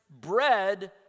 bread